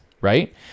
right